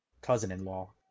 cousin-in-law